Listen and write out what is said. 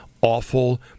awful